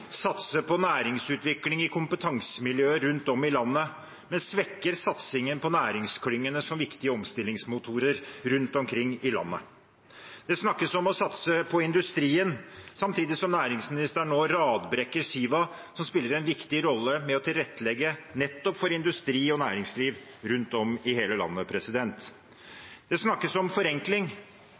på næringsutvikling i kompetansemiljøer rundt om i landet, men svekker satsingen på næringsklyngene som viktige omstillingsmotorer rundt omkring i landet. Det snakkes om å satse på industrien, samtidig som næringsministeren nå radbrekker Siva, som spiller en viktig rolle i å tilrettelegge nettopp for industri og næringsliv rundt om i hele landet. Det snakkes om forenkling,